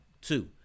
two